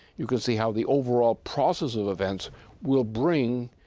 you can see how the overall process of events will bring,